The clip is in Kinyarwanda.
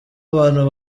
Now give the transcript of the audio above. abantu